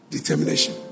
determination